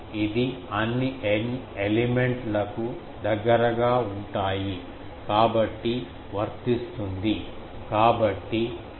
ఇది అన్ని n element లకు దగ్గరగా ఉంటాయి కాబట్టి వర్తిస్తుంది